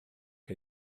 chi